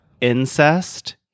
incest